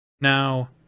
Now